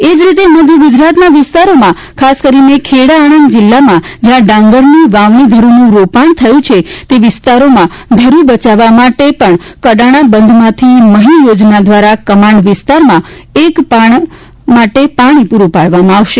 એ જ રીતે મધ્ય ગુજરાતના વિસ્તારોમાં ખાસ કરીને ખેડા આણંદ જિલ્લામાં જ્યા ડાંગરની વાવણી ધરૂનું રોપાણ થયુ છે તે વિસ્તારોમાં ધરૂ બચાવવા માટે પણ કડાણા બંધમાંથી મહી યોજના દ્વારા કમાન્ડ વિસ્તારમાં એક પાણ માટે પાણી પુરૂ પાડવામાં આવશે